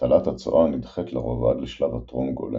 הטלת הצואה נדחית לרוב עד לשלב הטרום-גולם,